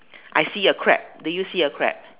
I see a crab do you see a crab